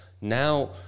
Now